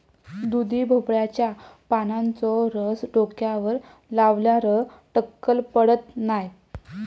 दुधी भोपळ्याच्या पानांचो रस डोक्यावर लावल्यार टक्कल पडत नाय